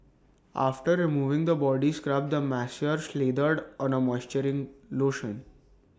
after removing the body scrub the masseur slathered on A moisturizing lotion